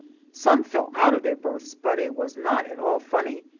some fell out of their berths, but it was not at all funny.